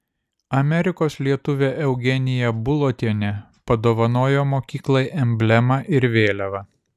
amerikos lietuvė eugenija bulotienė padovanojo mokyklai emblemą ir vėliavą